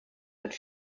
mit